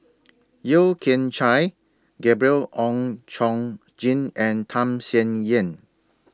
Yeo Kian Chai Gabriel Oon Chong Jin and Tham Sien Yen